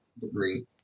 degree